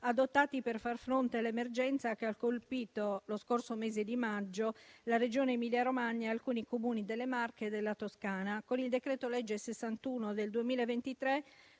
adottati per far fronte all'emergenza che ha colpito lo scorso mese di maggio la Regione Emilia Romagna e alcuni Comuni delle Marche e della Toscana. Con il decreto-legge n. 61 del 2023